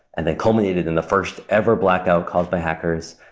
and then culminated in the first ever blackout caused by hackers,